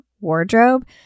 wardrobe